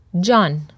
John